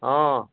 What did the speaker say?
অঁ